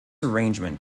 arrangement